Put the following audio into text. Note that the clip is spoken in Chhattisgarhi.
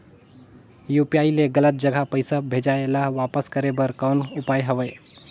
यू.पी.आई ले गलत जगह पईसा भेजाय ल वापस करे बर कौन उपाय हवय?